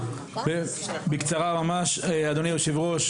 בקצרה ממש, אדוני היושב-ראש.